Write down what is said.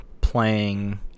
playing